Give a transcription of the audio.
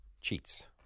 cheats